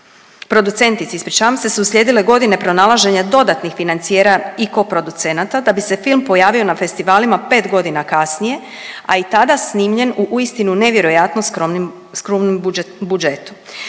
producenti ispričavam se, su uslijedile godine pronalaženja dodanih financijera i koproducenata da bi se film pojavio na festivalima pet godina kasnije, a i tada snimljen u uistinu nevjerojatno skromnim budžetu.